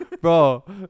Bro